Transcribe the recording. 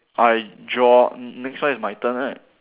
I draw mm next one is my turn right